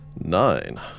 Nine